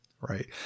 right